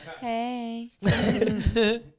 Hey